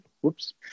whoops